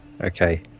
Okay